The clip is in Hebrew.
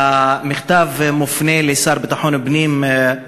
והמכתב מופנה לשר לביטחון הפנים,